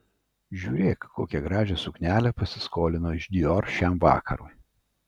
žiūrėk kokią gražią suknelę pasiskolino iš dior šiam vakarui